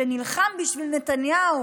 שנלחם בשביל נתניהו